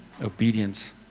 obedience